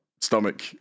stomach